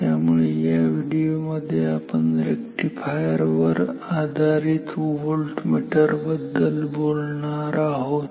त्यामुळे या व्हिडिओ मध्ये आपण रेक्टिफायर वर आधारित मीटर बद्दल बोलणार आहोत